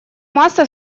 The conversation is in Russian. масса